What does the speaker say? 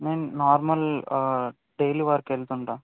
నేను normal daily work వెళ్తుంటాను